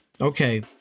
Okay